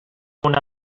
una